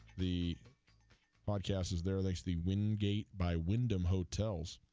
the largess is the release the wingate by wyndham hotels